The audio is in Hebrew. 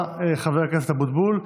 תודה רבה, חבר הכנסת אבוטבול.